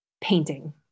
painting